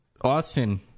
Austin